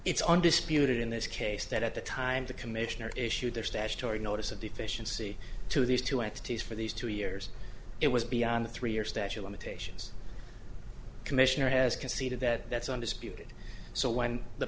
it's undisputed in this case that at the time the commissioner issued the statutory notice of deficiency to these two entities for these two years it was beyond the three year statute limitations commissioner has conceded that that's undisputed so when the